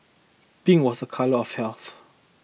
pink was a colour of health